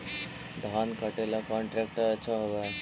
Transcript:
धान कटे ला कौन ट्रैक्टर अच्छा होबा है?